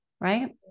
right